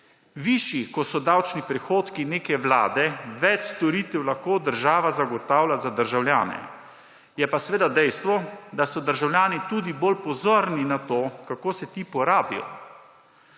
Višji ko so davčni prihodki neke vlade, več storitev lahko država zagotavlja za državljane. Je pa seveda dejstvo, da so državljani tudi bolj pozorni na to, kako se ti porabijo.